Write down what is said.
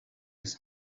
his